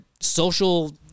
social